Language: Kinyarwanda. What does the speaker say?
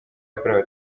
yakorewe